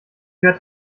werd